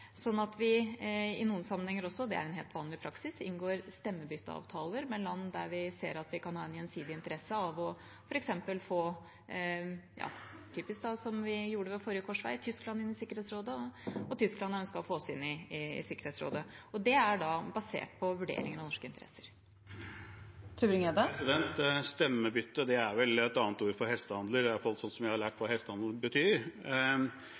sånn at vi i noen sammenhenger, det er en helt vanlig praksis, inngår stemmebytteavtaler med land der vi ser at vi kan ha en gjensidig interesse, f.eks. av å få Tyskland inn i Sikkerhetsrådet, som vi typisk gjorde ved forrige korsvei, og Tyskland ønsket å få oss inn i Sikkerhetsrådet. Det er da basert på vurderingen av norske interesser. Det blir oppfølgingsspørsmål – først Christian Tybring-Gjedde. Stemmebytte er vel et annet ord for hestehandel, i hvert fall sånn jeg har lært hva hestehandel betyr.